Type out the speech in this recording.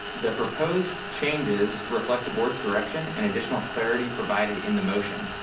the proposed changes reflect the board's direction and additional clarity provided in the motion.